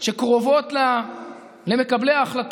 אני מקווה שנצליח לחדש את עולם